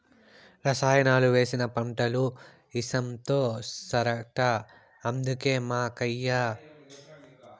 రసాయనాలు వేసిన పంటలు ఇసంతో సరట అందుకే మా కయ్య లో సేంద్రియ ఎరువులు వాడితిమి